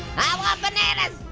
i want bananas!